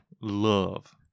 love